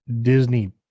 Disney